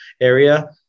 area